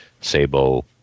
Sabo